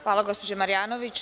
Hvala, gospođo Marjanović.